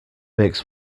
makes